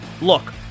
Look